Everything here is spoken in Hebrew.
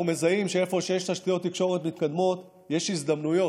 אנחנו מזהים שאיפה שיש תשתיות תקשורת מתקדמות יש הזדמנויות,